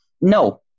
no